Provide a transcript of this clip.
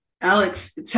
Alex